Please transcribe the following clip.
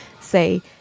say